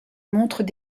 montrent